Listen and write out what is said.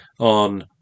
on